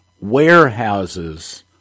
warehouses